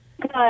Good